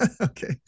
Okay